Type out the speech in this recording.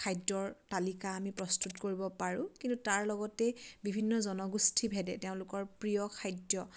খাদ্যৰ তালিকা আমি প্ৰস্তুত কৰিব পাৰোঁ কিন্তু তাৰ লগতে বিভিন্ন জনগোষ্ঠীভেদে তেওঁলোকৰ প্ৰিয় খাদ্য